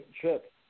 trip